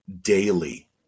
daily